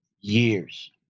years